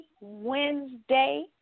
Wednesday